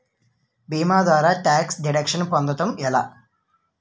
భీమా ద్వారా tax deduction పొందటం ఎలా?